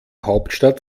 hauptstadt